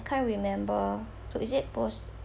can't remember so is it post